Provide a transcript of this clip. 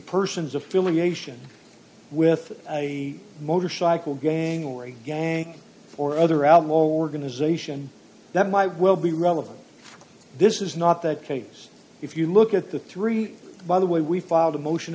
person's affiliation with a motorcycle gang or a gang or other outlaw we're going to zation that might well be relevant this is not that case if you look at the three by the way we filed a motion